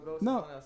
No